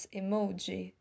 emoji